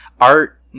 art